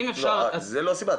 זה לא הסיבה.